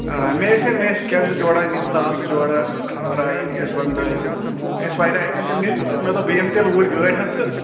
مےٚ ٲسۍ نہٕ مےٚ ٲسۍ کٮ۪نٛزٕ جورا نِنۍ تاسہٕ جورا ٹرے اِزبنٛد دٲنۍ مےٚ ٲسۍ واریاہ آیٹَم تیٚلہِ نِنۍ تہٕ مےٚ دوٚپ بہٕ یِمہٕ تیٚلہِ اوٗرۍ گٲڑۍ ہٮ۪تھ تہٕ